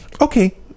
Okay